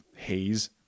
haze